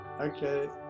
okay